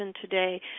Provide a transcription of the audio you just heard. today